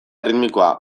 erritmikoa